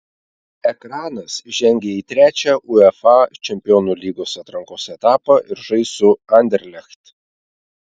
ekranas žengė į trečią uefa čempionų lygos atrankos etapą ir žais su anderlecht